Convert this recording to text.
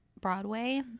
Broadway